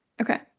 Okay